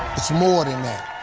it's more than that.